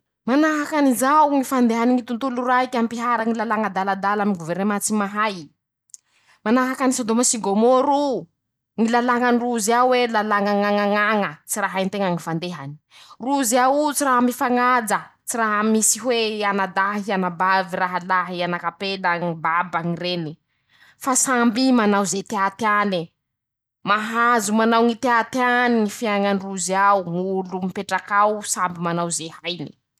Manahaky anizao ñy fandehany ñy tontolo raike ampihara ñy lalàña adaladala aminy ñy gouvernement tsy mahay; <ptoa>manahaky an'i sidômôsigômôro o: -ñy lalàñan-drozy ao e,lalàña ñañañaña ,tsy raha hain-teña ñy fandehany ,rozy ao o tsy raha mifañaja ,tsy raha misy hoe ,anadahy, anabavy, rahalahy ,anakampela ,ñy baba ,ñy reny ,fa samby i manao ze teateane ,mahazo manao ñy teateany ñy fiaiñandrozy ao ;ñ'olo mipetraky ao samby manao ze hainy.